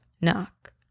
knock